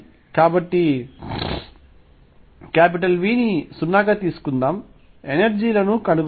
కాబట్టి V ని 0 గా తీసుకుందాం ఎనర్జీ లను కనుగొనండి